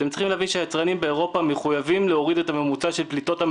עליכם להבין שהיצרנים באירופה מחויבים להוריד את ממוצע פליטות המזהמים.